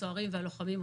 הסוהרים והלוחמים,